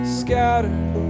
scattered